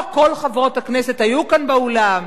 לא כל חברות הכנסת היו כאן באולם,